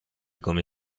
come